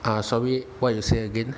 uh sorry what you say again